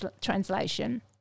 translation